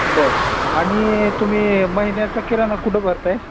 बरं बरं आणि तुम्ही महिन्याचा किराणा कुठं भरत आहे